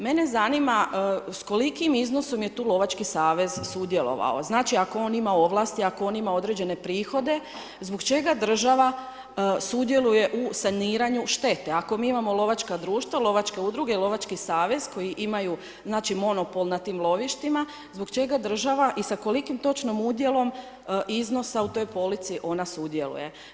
Mene zanima s kolikom iznosom je tu lovački savez sudjelovao, znači ako on ima ovlasti, ako on ima određene prihode, zbog čega država sudjeluje u saniranju šteta ako mi imamo lovaka društva, lovačke udruge i lovački savez koji imaju znači monopol nad tim lovištima, zbog čega država i sa kolikim točnom udjelom iznosa u toj polici ona sudjeluje?